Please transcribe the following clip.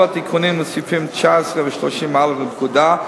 התיקונים לסעיפים 19 ו-30(א) לפקודה,